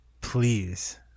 Please